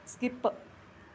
skip